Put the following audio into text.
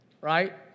right